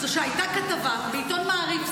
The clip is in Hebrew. שהייתה כתבה בעיתון מעריב,